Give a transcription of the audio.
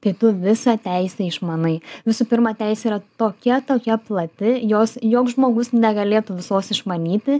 tai tu visą teisę išmanai visų pirma teisė yra tokia tokia plati jos joks žmogus negalėtų visos išmanyti